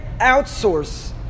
outsource